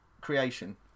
Creation